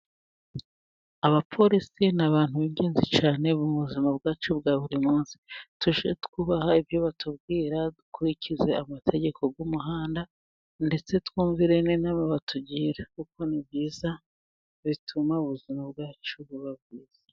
Abapolisi ni abantu b'ingenzi cyane mu buzima bwacu bwa buri munsi, tujye twubaha ibyo batubwira dukurikize amategeko y'umuhanda, ndetse twumvire n'inama batugira kuko ni byiza bituma ubuzima bwacu bubaho neza.